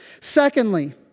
Secondly